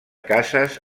cases